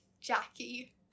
Jackie